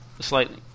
slightly